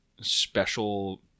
special